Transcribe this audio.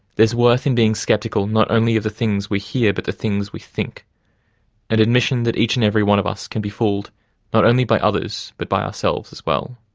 there's worth in being sceptical not only of the things we hear, but the things we think an admission that each and every one of us can be fooled not only by others, but by ourselves, as well.